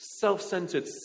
self-centered